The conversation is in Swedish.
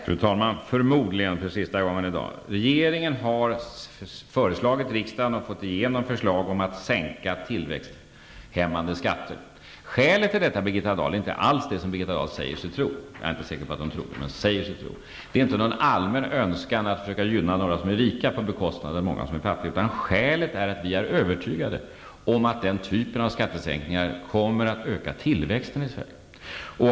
Fru talman! Förmodligen för sista gången i dag: Regeringen har föreslagit riksdagen och fått igenom förslag om att sänka tillväxthämmande skatter. Skälet till detta, Birgitta Dahl, är inte alls det som Birgitta Dahl säger sig tro -- jag är inte säker på att hon verkligen tror på det -- dvs. någon allmän önskan att försöka gynna några som är rika på bekostnad av många som är fattiga, utan skälet är att vi är övertygade om att den typen av skattesänkningar kommer att öka tillväxten i Sverige.